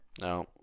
No